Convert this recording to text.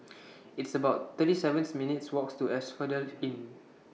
It's about thirty seven minutes' Walk to Asphodel Inn